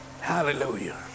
Hallelujah